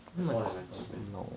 that's all that matters man